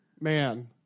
man